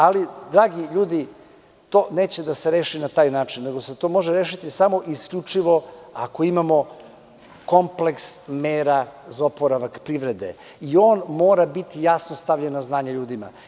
Ali, dragi ljudi, to neće da se reši na taj način, nego se to može rešiti samo i isključivo ako imamo kompleks mera za oporavak privrede i on mora biti jasno stavljen na znanje ljudima.